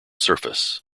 surface